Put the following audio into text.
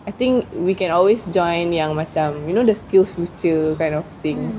I think we can always join yang macam you know the SkillsFuture kind of thing